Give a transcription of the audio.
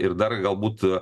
ir dar galbūt